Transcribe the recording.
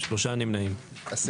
הצבעה בעד 4 נמנעים 3 אושר.